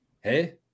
Hey